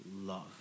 love